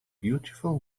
beautiful